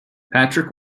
patrick